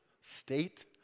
state